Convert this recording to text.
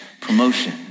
promotion